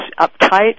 uptight